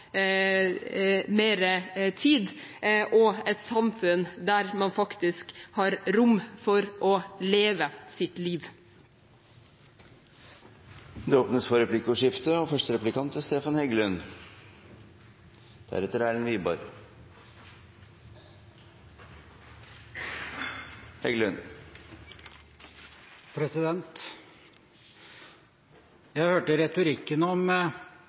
mer tid og et samfunn der man har rom for å leve sitt liv. Det åpnes for replikkordskifte. Jeg hørte retorikken om